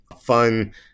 fun